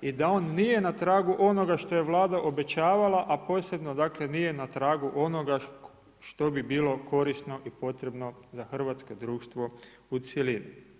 i da on nije na tragu onoga što je Vlada obećavala, a posebno nije na tragu onoga što bi bilo korisno i potrebno za hrvatsko društvo u cjelini.